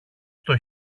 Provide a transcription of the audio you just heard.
στο